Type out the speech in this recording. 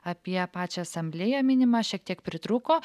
apie pačią asamblėją minimą šiek tiek pritrūko